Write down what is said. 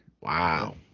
Wow